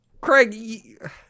Craig